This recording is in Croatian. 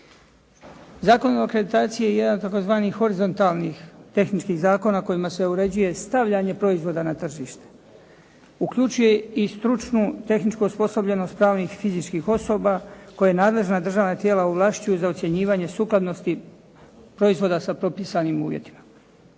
Zakon o akreditaciji je jedan od tzv. horizontalnih tehničkih zakona kojima se uređuje stavljanje proizvoda na tržište. Uključuje i stručnu tehničku osposobljenost pravnih i fizičkih osoba koja nadležna državna tijela ovlašću za ocjenjivanje sukladnosti proizvoda sa propisanim uvjetima.